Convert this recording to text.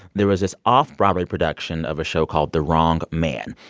there was this off-broadway production of a show called the wrong man.